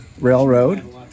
railroad